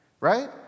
right